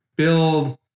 build